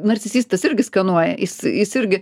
narcisistas irgi skanuoja jis jis irgi